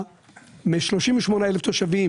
מ-38 אלף תושבים,